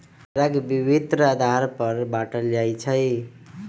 मुद्रा के विभिन्न आधार पर बाटल जाइ छइ